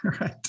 Right